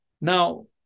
Now